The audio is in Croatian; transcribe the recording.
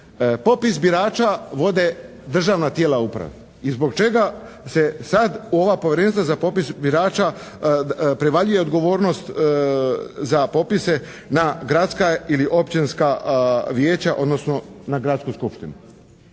popis birača vode državna tijela uprave. I zbog čega se sad u ova Povjerenstva za popis birača prevaljuje odgovornost za popise na gradska ili općinska vijeća odnosno na Gradsku skupštinu?